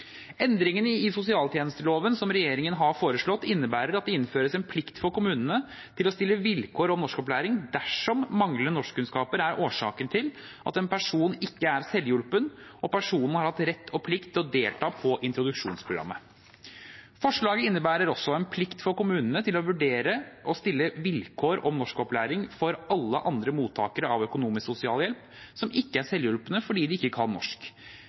Endringene i sosialtjenesteloven som regjeringen har foreslått, innebærer at det innføres en plikt for kommunene til å stille vilkår om norskopplæring dersom manglende norskkunnskaper er årsaken til at en person ikke er selvhjulpen og personen har hatt rett og plikt til å delta på introduksjonsprogrammet. Forslaget innebærer også en plikt for kommunene til å vurdere å stille vilkår om norskopplæring for alle andre mottakere av økonomisk sosialhjelp der de ikke er selvhjulpne fordi de ikke kan norsk.